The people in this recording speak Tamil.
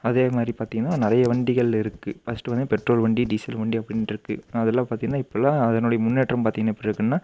அதே மாதிரி பார்த்தீங்கன்னா நிறைய வண்டிகள் இருக்குது ஃபர்ஸ்ட்டு வந்து பெட்ரோல் வண்டி டீசல் வண்டி அப்படின்ட்டு இருக்குது அதலாம் பார்த்தீங்கன்னா இப்போல்லாம் அதனுடைய முன்னேற்றம் பார்த்தீங்கன்னா எப்படி இருக்குதுன்னா